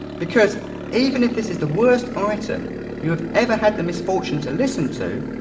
because even if this is the worst item you have ever had the misfortune to listen to,